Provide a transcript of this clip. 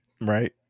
Right